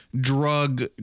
drug